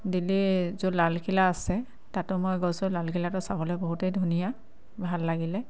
দিল্লীৰ য'ৰ লালকিল্লা আছে তাতো মই গৈছোঁ লালকিল্লাটো চাবলৈ বহুতেই ধুনীয়া ভাল লাগিলে